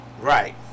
Right